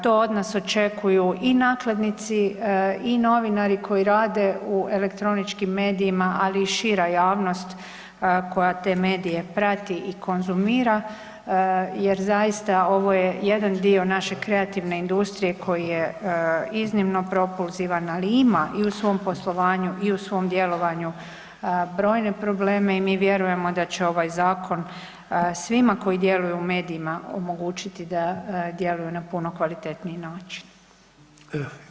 To od nas očekuju i nakladnici i novinari koji rade u elektroničkim medijima, ali i šira javnost koja te medije prati i konzumira jer zaista ovo je jedan dio naše kreativne industrije koji je iznimno propulzivan, ali ima i u svom poslovanju i u svom djelovanju brojne probleme i mi vjerujemo da će ovaj zakon svima koji djeluju u medijima omogućiti da djeluju na puno kvalitetniji način.